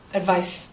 advice